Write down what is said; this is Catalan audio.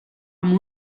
amb